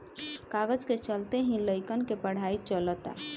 कागज के चलते ही लइकन के पढ़ाई चलअता